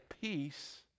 peace